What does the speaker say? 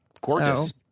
gorgeous